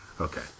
Okay